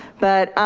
but,